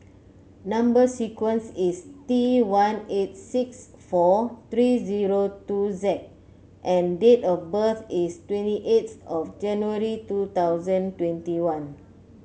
number sequence is T one eight six four three zero two Z and date of birth is twenty eight of January two thousand twenty one